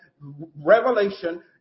Revelation